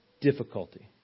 Difficulty